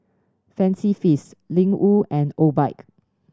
Fancy Feast Ling Wu and Obike